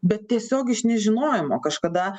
bet tiesiog iš nežinojimo kažkada